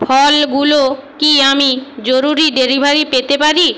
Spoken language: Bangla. ফলগুলো কি আমি জরুরি ডেলিভারি পেতে পারি